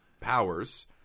powers